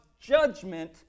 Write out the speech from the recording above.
judgment